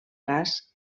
gas